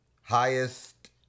highest